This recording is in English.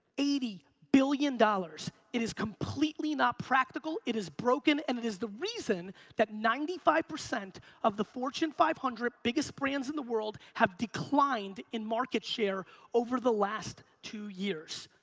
eighty billion dollars. it is completely not practical, it is broken, and it is the reason that ninety five percent of the fortune five hundred biggest brands in the world have declined in market share over the last two years.